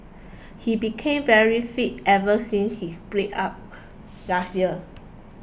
he became very fit ever since his breakup last year